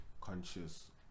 Conscious